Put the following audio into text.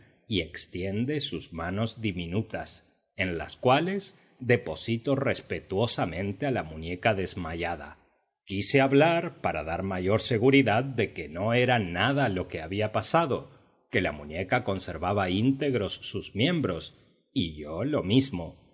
y extiende sus manos diminutas en las cuales deposito respetuosamente a la muñeca desmayada quise hablar para dar mayor seguridad de que no era nada lo que había pasado que la muñeca conservaba íntegros sus miembros y yo lo mismo